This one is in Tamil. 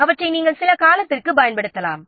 அவற்றை நாம் சில காலத்திற்கு பயன்படுத்தலாம்